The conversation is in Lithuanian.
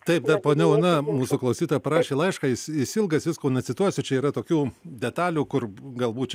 taip ponia ona mūsų klausytoja parašė laišką jis jis ilgas visko necituosiu čia yra tokių detalių kur galbūt čia